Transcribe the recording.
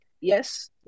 yes